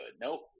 Nope